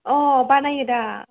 अ बानायो दा